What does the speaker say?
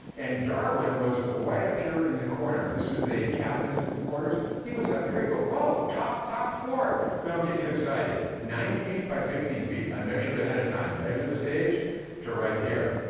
and darwin was right up here in the corner. this was the captain's quarters. he was up here, he go, whoa, top top floor. don't get too excited. nine feet by fifteen feet. i measured ahead of time. edge of the stage to right here,